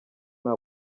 nta